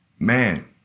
Man